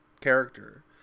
character